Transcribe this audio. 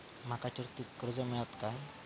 माका चतुर्थीक कर्ज मेळात काय?